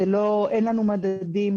אין לנו מדדים.